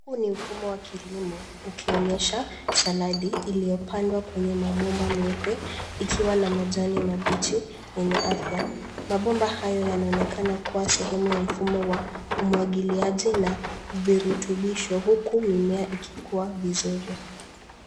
Huu ni mfumo wa kilimo ukionyesha saladi iliyopandwa kwenye mabomba meupe ikiwa na majani mabichi yenye afya. Mabomba hayo yanaonekana kuwa sehemu ya mfumo wa umwagiliaji na virutubisho huku mimea ikikua vizuri.